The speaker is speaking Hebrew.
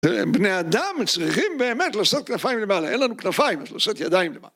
בני אדם צריכים באמת לשאת כנפיים למעלה, אין לנו כנפיים, אז לשאת ידיים למעלה